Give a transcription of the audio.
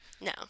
No